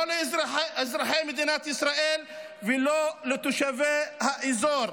לא לאזרחי מדינת ישראל ולא לתושבי האזור.